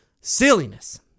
Silliness